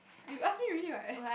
you ask me already what